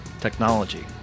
technology